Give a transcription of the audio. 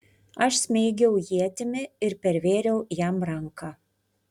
aš smeigiau ietimi ir pervėriau jam ranką